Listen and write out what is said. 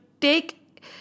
take